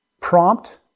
prompt